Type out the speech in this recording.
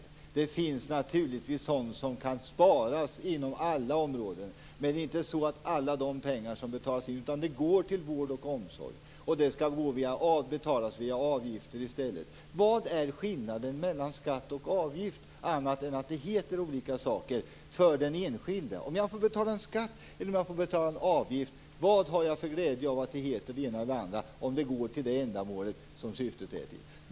Naturligtvis finns det inom alla områden sådant som det kan sparas på. Här gäller det dock inte alla pengar som betalas in. Pengar går ju till vård och omsorg. I stället skall man nu betala en avgift. Vad är skillnaden för den enskilde mellan skatt och avgift bortsett från att det är olika benämningar? Vad har jag för glädje av att veta om det som jag betalar in kallas för skatt eller för avgift? Det handlar ju om ändamålet, om syftet.